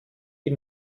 die